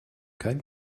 kein